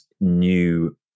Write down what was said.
new